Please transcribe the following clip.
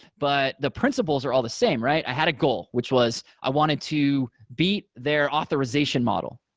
but the principles are all the same, right? i had a goal, which was i wanted to beat their authorization model.